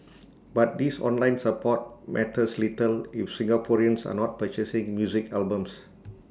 but this online support matters little if Singaporeans are not purchasing music albums